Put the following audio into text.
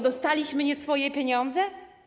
Dostaliśmy nie swoje pieniądze?